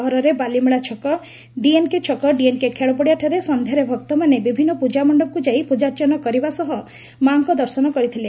ସହରରେ ବାଲିମେଳା ଛକ ଡିଏନ୍କେଛକ ଡିଏନ୍କେ ଖେଳ ପଡିଆ ଠାରେ ସନ୍ଧ୍ୟାରେ ଭକ୍ତମାନେ ବିଭିନ୍ନ ପୂଜାମଣ୍ଡପକୁ ଯାଇ ପୂଜାର୍ଚ୍ଚନା କରିବା ସହ ମାଙ୍କ ଦର୍ଶନ କରିଥିଲେ